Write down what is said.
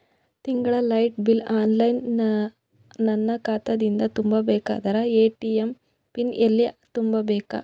ತಿಂಗಳ light bill online ನನ್ನ ಖಾತಾ ದಿಂದ ತುಂಬಾ ಬೇಕಾದರ ಎ.ಟಿ.ಎಂ ಪಿನ್ ಎಲ್ಲಿ ತುಂಬೇಕ?